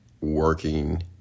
working